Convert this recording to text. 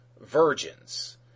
virgins